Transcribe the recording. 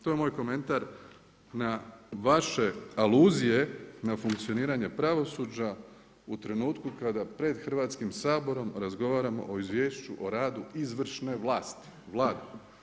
To je moj komentar na vaše aluzije na funkcioniranje pravosuđa u trenutku kada pred Hrvatskim saborom razgovaramo o Izvješću o radu izvršne vlati, Vlade.